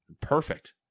perfect